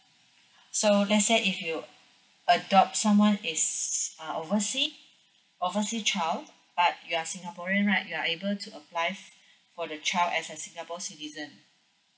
so let's say if you adopt someone is err oversea oversea child but you are singaporean right you are able to apply for the child as a singapore citizen